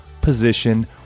position